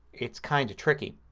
it's kind of tricky.